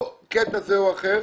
לא קטע זה או אחר,